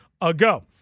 ago